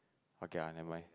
okay ah never mind